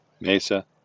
Mesa